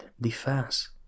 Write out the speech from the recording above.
defense